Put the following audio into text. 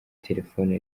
telefone